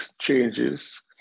changes